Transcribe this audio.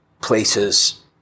places